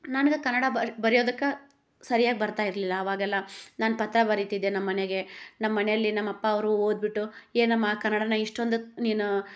ನನ್ಗೆ ಕನ್ನಡ ಬರಿ ಬರಿಯೋದಕ್ಕೆ ಸರಿಯಾಗಿ ಬರ್ತಾ ಇರಲಿಲ್ಲ ಅವಾಗೆಲ್ಲ ನಾನು ಪತ್ರ ಬರಿತಿದ್ದೆ ನಮ್ಮ ಮನೆಗೆ ನಮ್ಮನೇಲ್ಲಿ ನಮ್ಮ ಅಪ್ಪ ಅವರು ಓದ್ಬಿಟ್ಟು ಏನಮ್ಮ ಕನ್ನಡನ ಇಷ್ಟೊಂದು ನೀನು